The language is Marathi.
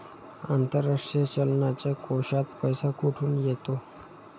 आंतरराष्ट्रीय चलनाच्या कोशात पैसा कुठून येतो?